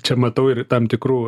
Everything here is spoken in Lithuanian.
čia matau ir tam tikrų